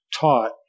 taught